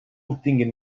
obtinguin